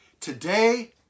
Today